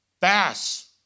bass